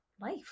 life